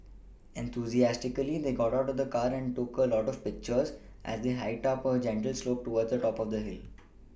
enthusiastically they got out of the car and took a lot of pictures as they hiked up a gentle slope towards the top of the hill